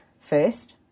first